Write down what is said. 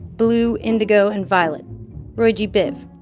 blue, indigo, and violet roy g biv